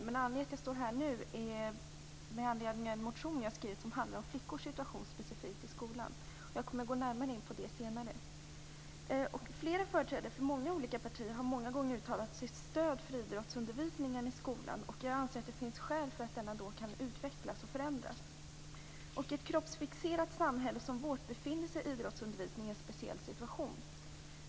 Anledningen till att jag står här nu är en motion som jag har skrivit som handlar om flickors situation specifikt i skolan. Jag kommer att gå närmare in på det senare. Företrädare för många olika partier har vid flera tillfällen uttalat sitt stöd för idrottsundervisningen i skolan. Jag anser att det finns skäl för att denna då kan utvecklas och förändras. I ett kroppsfixerat samhälle som vårt befinner sig idrottsundervisningen i en speciell situation.